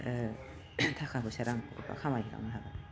थाखा फैसा रां रुफा खामायलांनो हागोन